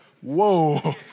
whoa